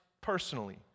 personally